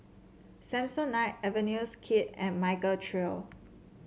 Samsonite Avenues Kid and Michael Trio